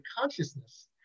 consciousness